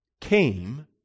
came